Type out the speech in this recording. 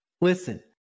listen